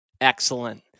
Excellent